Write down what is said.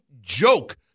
joke